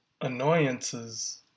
annoyances